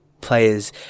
players